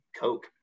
Coke